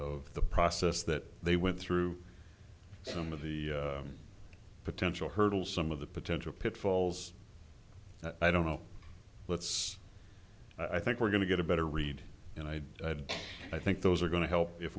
of the process that they went through some of the potential hurdles some of the potential pitfalls that i don't know let's i think we're going to get a better read and i had i think those are going to help if